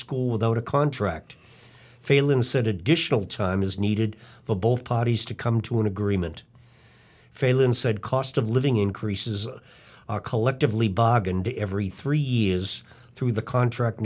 school without a contract failing said additional time is needed for both parties to come to an agreement failon said cost of living increases are collectively bargained every three years through the contract